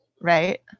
Right